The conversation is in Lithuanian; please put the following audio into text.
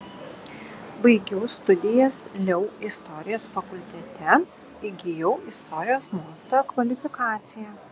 baigiau studijas leu istorijos fakultete įgijau istorijos mokytojo kvalifikaciją